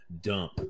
Dump